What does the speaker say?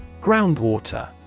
Groundwater